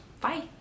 bye